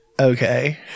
okay